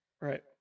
Right